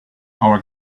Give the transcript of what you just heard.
our